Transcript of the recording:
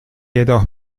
jedoch